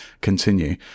continue